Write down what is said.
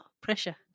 pressure